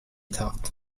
thought